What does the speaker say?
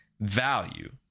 value